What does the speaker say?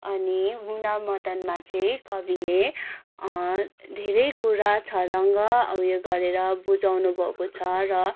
अनि मुनामदनमा चाहिँ कविले धेरै कुरा छर्लङ्ग उयो गरेर बुझाउनु भएको छ र